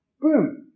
Boom